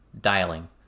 dialing